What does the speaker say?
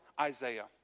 Isaiah